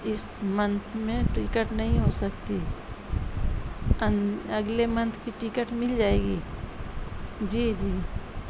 اس month میں ticket نہیں ہو سکتی اگلے منتھ کی ٹکٹ مل جائے گی جی جی